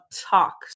talk